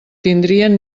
tindrien